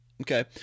Okay